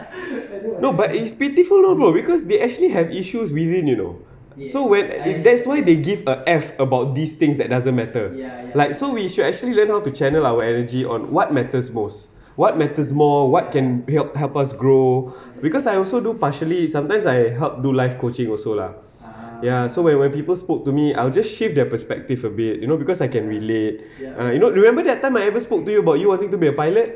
no but it's pitiful though bro because they actually have issues within you know so when they that's why they give a F about these things that doesn't matter like so we should actually learn how to channel our energy on what matters most what matters more what can help help us grow because I also do partially sometimes I help do life coaching also lah ya so when when people spoke to me I will just shift their perspective a bit you know because I can relate you know remember that time I ever spoke to you about you wanting to be a pilot